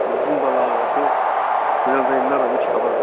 दा बुंबोला एसे मोजां जायोमोन आरो मिथिखाब्ला